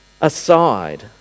aside